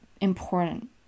important